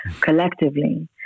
collectively